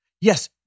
Yes